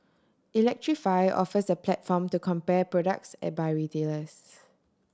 electrify offers a platform to compare products by retailers